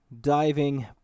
diving